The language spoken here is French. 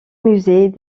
musée